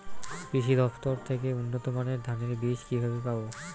কৃষি দফতর থেকে উন্নত মানের ধানের বীজ কিভাবে পাব?